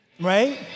right